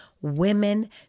women